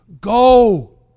Go